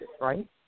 right